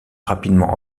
rapidement